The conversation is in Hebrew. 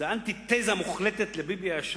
זה אנטיתזה מוחלטת לביבי הישן,